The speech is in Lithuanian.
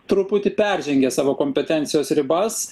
truputį peržengė savo kompetencijos ribas